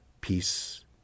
Peace